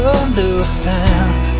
understand